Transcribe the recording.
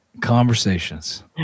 conversations